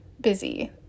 busy